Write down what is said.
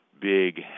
big